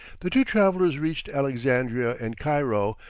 the two travellers reached alexandria and cairo,